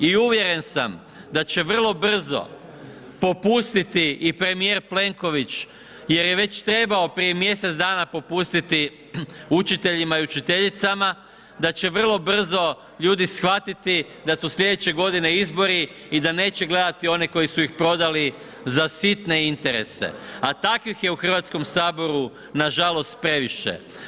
I uvjeren sam da će vrlo brzo popustiti i premijer Plenković jer je već trebao prije mjesec dana popustiti učiteljima i učiteljicama da će vrlo brzo ljudi shvatiti da su slijedeće godine izbori i da neće gledati one koji su ih prodali za sitne interese, a takvih je u Hrvatskom saboru nažalost previše.